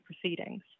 proceedings